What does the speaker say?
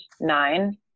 nine